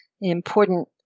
important